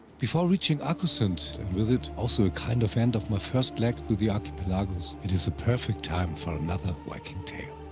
before reaching arkosund and with this also a kind of end of my first leg through the archipelagos, it is the perfect time for another viking tale.